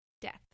death